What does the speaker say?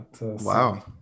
wow